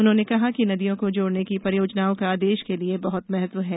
उन्होंने कहा कि नदियों को जोड़ने की परियोजनाओं का देश के लिए बहुत महत्व है